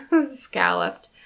scalloped